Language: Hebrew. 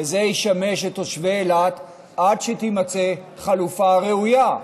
וזה ישמש את תושבי אילת עד שתימצא חלופה ראויה.